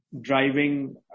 driving